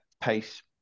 pace